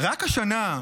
רק השנה,